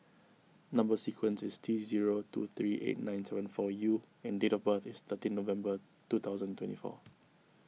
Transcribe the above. Number Sequence is T zero two three eight nine seven four U and date of birth is thirteen November two thousand and twenty four